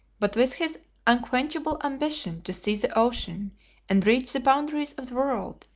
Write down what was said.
but with his unquenchable ambition to see the ocean and reach the boundaries of the world,